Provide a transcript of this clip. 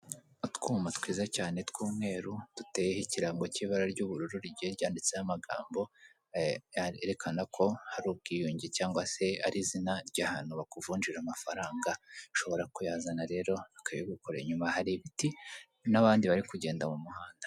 Utwuma twiza cyane tw'umweru, duteyeho ikirango cy'ibara ry'ubururu rigiye ryanditseho amagambo yerekana ko hari ubwiyunge cyangwa se ari izina ry'ahantu bakuvunjira amafaranga, ushobora kuyazana rero bakabigukorera, inyuma hari ibiti n'abandi bari kugenda mu muhanda.